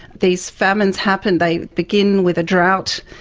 these famines happen they begin with a drought,